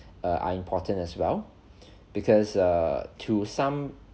err are important as well because err to some